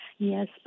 Yes